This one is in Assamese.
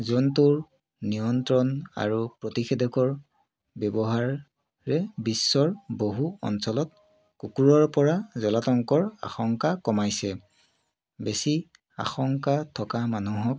জন্তুৰ নিয়ন্ত্ৰণ আৰু প্ৰতিষেধকৰ ব্যৱহাৰে বিশ্বৰ বহু অঞ্চলত কুকুৰৰ পৰা জলাতংকৰ আশংকা কমাইছে বেছি আশংকা থকা মানুহক